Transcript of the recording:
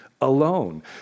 alone